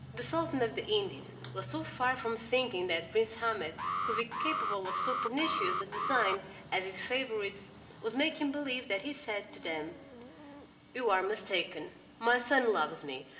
the sultan of the indies was so far from thinking that prince ahmed could be capable of so pernicious a design as his favorites would make him believe that he said to them you are mistaken my son loves me,